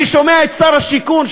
אני שומע את שר הבינוי והשיכון,